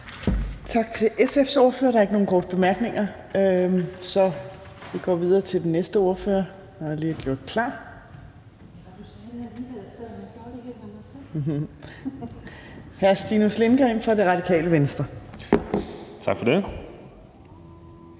Tak til SF's ordfører. Der er ikke nogen korte bemærkninger, så vi går videre til den næste ordfører, når der lige er blevet gjort klar. Hr. Stinus Lindgreen fra Det Radikale Venstre. Kl.